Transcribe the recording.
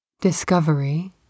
discovery